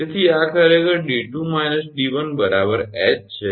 તેથી આ ખરેખર 𝑑2 − 𝑑1 ℎ છે